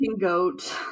goat